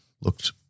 looked